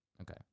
Okay